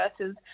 versus